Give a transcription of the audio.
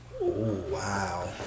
wow